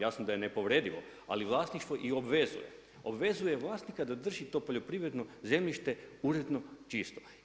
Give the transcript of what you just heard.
Jasno da je nepovredivo, ali vlasništvo i obvezuje, obvezuje vlasnika da drži to poljoprivredno zemljište uredno čisto.